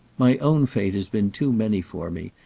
my own fate has been too many for me,